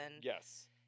Yes